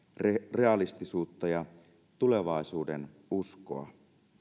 realistisuutta ja tulevaisuudenuskoa